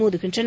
மோதுகின்றன